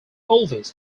elvis